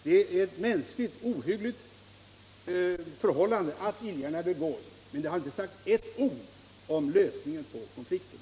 Det är ett ohyggligt mänskligt förhållande att illgärningar begås, men det säger inte ett ord om lösningen på konflikten.